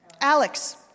Alex